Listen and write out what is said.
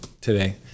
today